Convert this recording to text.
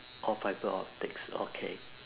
orh fibre optics okay